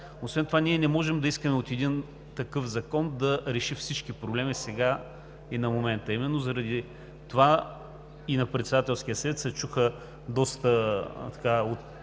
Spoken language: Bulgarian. Освен това ние не можем да искаме от един такъв закон да реши всички проблеми сега и на момента. Именно заради това и на Председателския съвет се чуха от всички